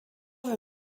wir